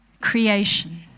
creation